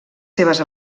seves